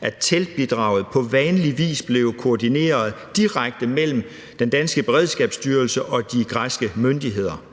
at teltbidraget på vanlig vis blev koordineret direkte mellem den danske Beredskabsstyrelse og de græske myndigheder.